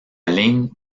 ligne